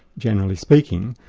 generally speaking,